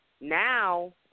now